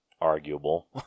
Arguable